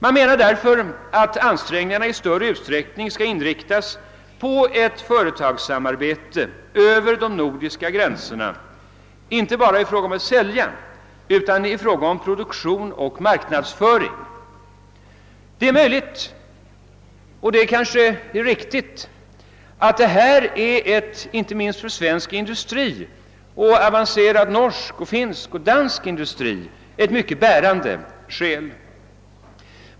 Man menar därför att ansträngningarna i större utsträckning skall inriktas på ett företagssamarbete över de nordiska gränserna inte bara i fråga om att sälja utan även i fråga om produktion och marknadsföring. Det är säkert riktigt att det inte minst för svensk industri och avancerad norsk, finsk och dansk industri är ett mycket bärande skäl.